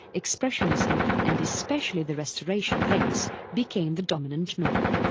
expressionism and especially the restoration plays became the dominant norm.